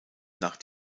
nach